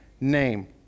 name